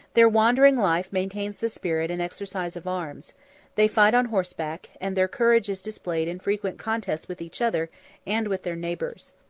their wandering life maintains the spirit and exercise of arms they fight on horseback and their courage is displayed in frequent contests with each other and with their neighbors.